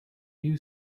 you